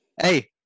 Hey